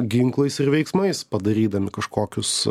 ginklais ir veiksmais padarydami kažkokius